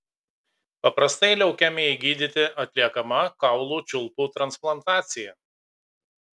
paprastai leukemijai gydyti atliekama kaulų čiulpų transplantacija